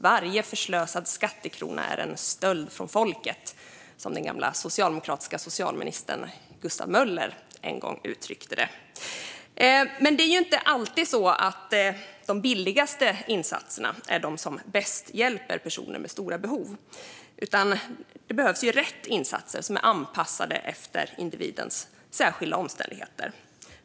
Varje förslösad skattekrona är en stöld från folket, som den gamla socialdemokratiska socialministern Gustav Möller en gång uttryckte det. Men det är inte alltid de billigaste insatserna som bäst hjälper personer med stora behov, utan det behövs rätt insatser, som är anpassade efter individens särskilda omständigheter.